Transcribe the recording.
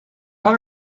par